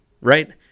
right